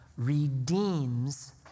redeems